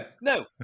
No